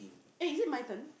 eh is it my turn